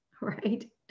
right